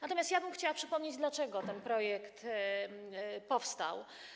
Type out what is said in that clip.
Natomiast ja bym chciała przypomnieć, dlaczego ten projekt powstał.